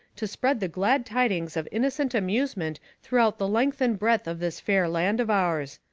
to spread the glad tidings of innocent amusement throughout the length and breadth of this fair land of ours.